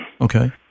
Okay